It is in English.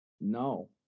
No